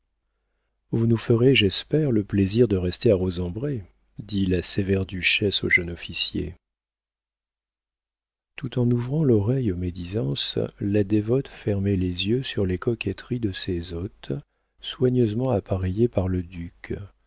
vous nous ferez j'espère le plaisir de rester à rosembray dit la sévère duchesse au jeune officier tout en ouvrant l'oreille aux médisances la dévote fermait les yeux sur les coquetteries de ses hôtes soigneusement appareillés par le duc